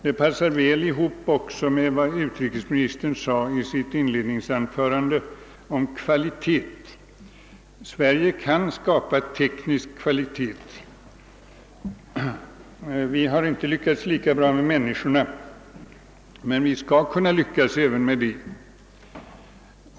De passar också väl ihop med vad utrikesministern i sitt inledningsanförande sade om kvalitet. Sverige kan skapa teknisk kvalitet. Vi har inte lyckats lika bra med människorna, men vi skall kunna lyckas även på den punkten.